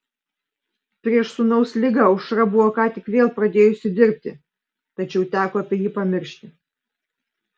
prieš sūnaus ligą aušra buvo ką tik vėl pradėjusi dirbti tačiau teko apie jį pamiršti